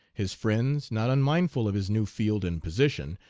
his friends, not unmindful of his new field and position,